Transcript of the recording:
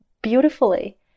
beautifully